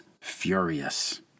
furious